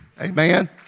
Amen